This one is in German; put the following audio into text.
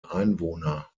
einwohner